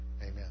Amen